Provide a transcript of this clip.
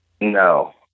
No